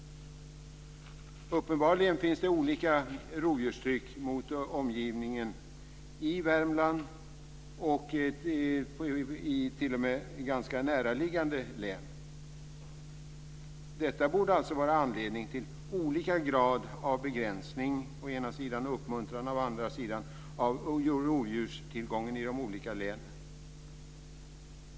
Uppenbarligen är rovdjurstrycket olika mot omgivningen i Värmland och mot ganska näraliggande län. Detta borde vara anledning till olika grad av begränsning å ena sidan och uppmuntran å andra sidan av rovdjurstillgången i de olika länen.